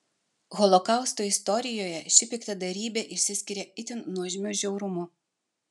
holokausto istorijoje ši piktadarybė išsiskiria itin nuožmiu žiaurumu